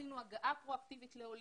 עשינו הגעה פרו אקטיבית לעולים,